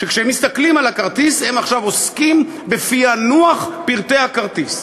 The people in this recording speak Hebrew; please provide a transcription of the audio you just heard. שכשמסתכלים על הכרטיס הם עכשיו עוסקים בפענוח פרטי הכרטיס?